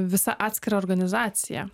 visa atskira organizacija